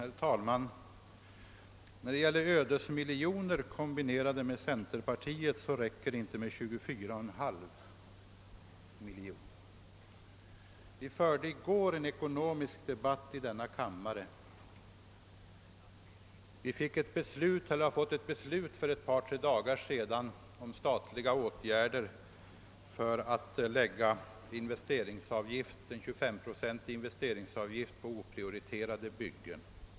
Herr talman! När man här talar om ödesmiljoner mot bakgrunden av centerpartiets politik räcker det inte med 24,5 miljoner kronor. I går fördes en ekonomisk debatt i denna kammare, där man bl a. diskuterade det för ett par tre dagar sedan framlagda förslaget om en 25-procentig investeringsavgift för oprioriterade byggen.